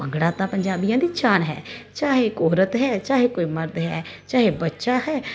ਭੰਗੜਾ ਤਾਂ ਪੰਜਾਬੀਆਂ ਦੇ ਸ਼ਾਨ ਹੈ ਚਾਹੇ ਕੋ ਔਰਤ ਹੈ ਚਾਹੇ ਕੋਈ ਮਰਦ ਹੈ ਚਾਹੇ ਬੱਚਾ ਹੈ